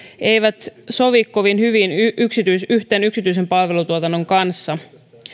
eivät sovi kovin hyvin yhteen yksityisen palvelutuotannon kanssa